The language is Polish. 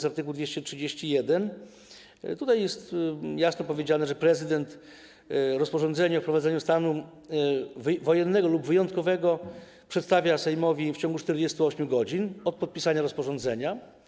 W art. 231 jest jasno powiedziane, że prezydent rozporządzenie o wprowadzeniu stanu wojennego lub wyjątkowego przedstawia Sejmowi w ciągu 48 godzin od podpisania rozporządzenia.